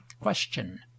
question